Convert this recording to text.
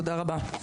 תודה רבה.